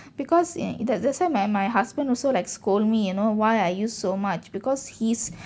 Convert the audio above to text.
because err that that's why my my husband also like scold me you know why are you so much because he's